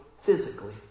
physically